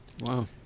Wow